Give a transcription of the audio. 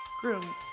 Grooms